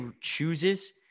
chooses